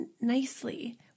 nicely